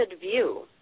view